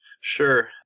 Sure